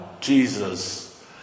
Jesus